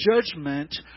judgment